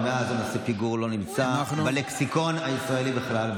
ומאז "פיגור" לא נמצא בלקסיקון הישראלי בכלל.